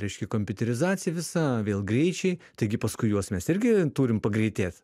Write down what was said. reiškia kompiuterizaciją visą vėl greičiai taigi paskui juos mes irgi turim pagreitėt